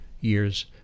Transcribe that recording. years